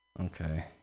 Okay